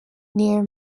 near